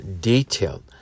detailed